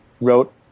wrote